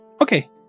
Okay